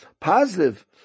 positive